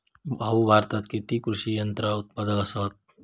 भाऊ, भारतात किती कृषी यंत्रा उत्पादक असतत